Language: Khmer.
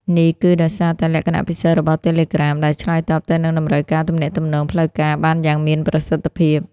នេះគឺដោយសារតែលក្ខណៈពិសេសរបស់ Telegram ដែលឆ្លើយតបទៅនឹងតម្រូវការទំនាក់ទំនងផ្លូវការបានយ៉ាងមានប្រសិទ្ធភាព។